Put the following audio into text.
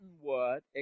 word